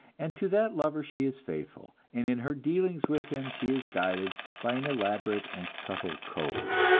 and to that lover she is faithful, and in her dealings with him she is guided by an elaborate and subtle code.